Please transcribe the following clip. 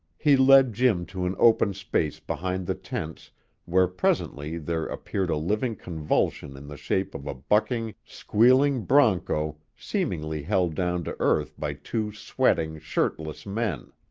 he led jim to an open space behind the tents where presently there appeared a living convulsion in the shape of a bucking, squealing bronco seemingly held down to earth by two sweating, shirtless men.